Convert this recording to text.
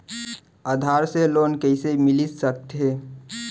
आधार से लोन कइसे मिलिस सकथे?